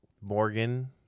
Morgan